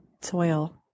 soil